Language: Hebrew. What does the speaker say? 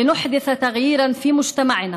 נערים ונערות,